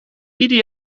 ieder